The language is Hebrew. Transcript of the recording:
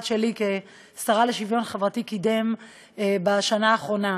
שלי כשרה לשוויון חברתי קידם בשנה האחרונה,